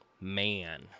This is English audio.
Man